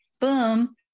Boom